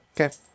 Okay